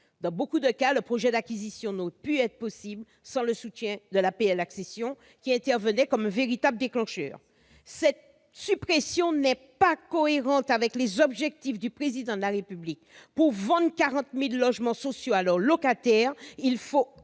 Dans beaucoup de cas, le projet d'acquisition n'aurait pu être possible sans le soutien de l'APL accession qui intervenait comme un véritable déclencheur. Cette suppression n'est pas cohérente avec les objectifs du Président de la République. Pour vendre 40 000 logements sociaux à leurs locataires, il faut